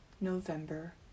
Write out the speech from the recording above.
November